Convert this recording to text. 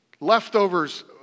leftovers